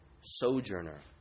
sojourner